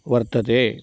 वर्तते